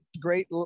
great